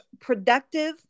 productive